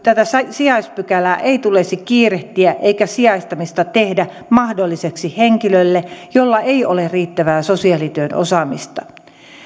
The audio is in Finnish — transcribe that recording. tätä sijaispykälää ei tulisi kiirehtiä eikä sijaistamista tehdä mahdolliseksi henkilölle jolla ei ole riittävää sosiaalityön osaamista